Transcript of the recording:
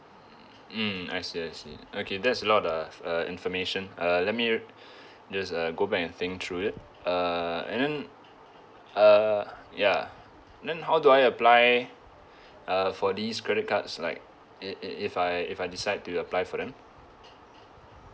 mm I see I see okay that's a lot of uh information uh let me just uh go back and think through it uh and then uh ya then how do I apply uh for this credit cards like if if if I if I decide to apply for them